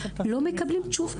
לא מקבלים תשובה.